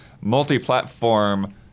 Multi-platform